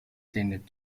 tended